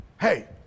hey